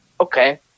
okay